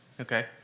okay